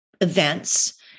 events